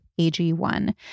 AG1